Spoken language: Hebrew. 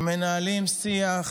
שמנהלים שיח מפלג,